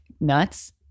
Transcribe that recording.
nuts